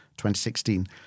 2016